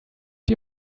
die